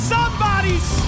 Somebody's